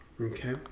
Okay